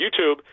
YouTube